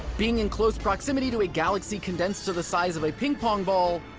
being in close proximity to a galaxy condensed to the size of a ping-pong ball?